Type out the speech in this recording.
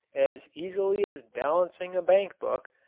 as easily as balancing a bank book,